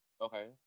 Okay